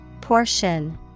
Portion